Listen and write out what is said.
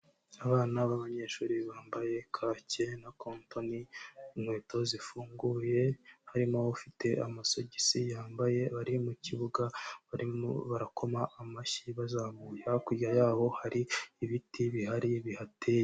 Abana b'abanyeshuri bambaye kaki na kontoni, inkweto zifunguye, harimo ufite amasogisi y'ambaye, bari mu kibuga, barimo barakoma amashyi bazamura, hakurya y'aho hari ibiti bihari bihateye.